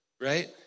Right